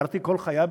גרתי כל חיי,